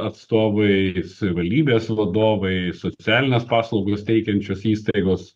atstovai savivaldybės vadovai socialines paslaugas teikiančios įstaigos